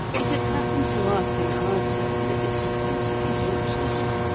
it has happened to us in our turn as it happened to the ancients.